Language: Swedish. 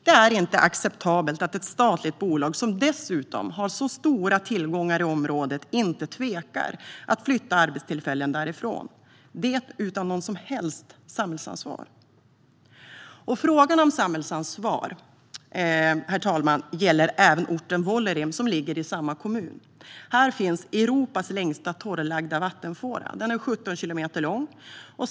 Det är inte acceptabelt att ett statligt bolag, som dessutom har så stora tillgångar i området, inte tvekar att flytta arbetstillfällen därifrån - detta utan något som helst samhällsansvar. Frågan om samhällsansvar gäller även orten Vuollerim, som ligger i samma kommun. Här finns Europas längsta torrlagda vattenfåra, 17 kilometer lång.